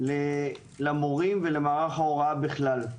למורים ולמערך ההוראה בכלל.